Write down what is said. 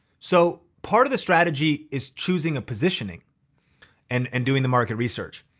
so part of the strategy is choosing a positioning and and doing the market research.